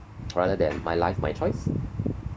rather than my life my choice